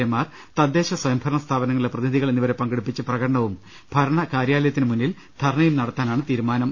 എമാർ തദ്ദേശ സ്വയംഭരണ സ്ഥാപനങ്ങളിലെ പ്രതിനിധികൾ എന്നിവരെ പങ്കെടുപ്പിച്ച് പ്രകടനവും ഭരണകാര്യാലയത്തിന് മുന്നിൽ ധർണയും നടത്താനാണ് തീരുമാനം